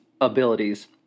abilities